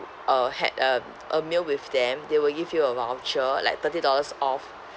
uh had a a meal with them they will give you a voucher like thirty dollars off